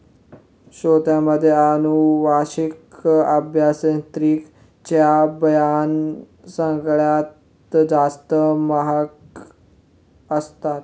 शेतीमध्ये अनुवांशिक अभियांत्रिकी चे बियाणं सगळ्यात जास्त महाग असतात